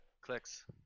Clicks